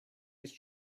ist